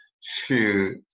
shoot